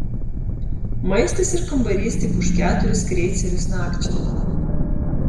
maistas ir kambarys tik už keturis kreicerius nakčiai